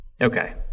Okay